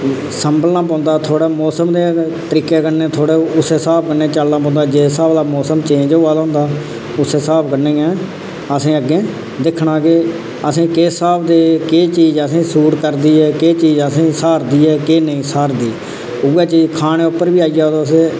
सम्भलना पौंदा थोह्ड़ा मौसम दे तरीके कन्नै थोह्ड़ा उस्सै स्हाब कन्नै चलना पौंदा जिस स्हाब दा मौसम चेंज होआ दा होंदा उस्सै स्हाब कन्नै गै असेंगी अग्गै दिक्खना कि असेंगी किस स्हाब दी केह् चीज असेंगी सूट करदी ऐ केह् चीज असेंगी स्हारदी ऐ केह् नेईं सर्दी ऐ उऐ चीज खाने उप्पर बी आई जाओ तुस